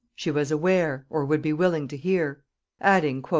she was aware, or would be willing to hear adding,